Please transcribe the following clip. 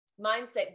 mindset